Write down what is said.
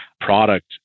product